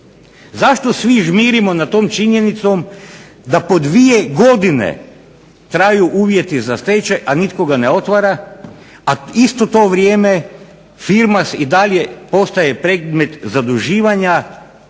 Zašto svi žmirimo nad tom činjenicom da po dvije godine traju uvjeti za stečaj a nitko ga ne otvara, a isto to vrijeme firma i dalje postaje predmet zaduživanja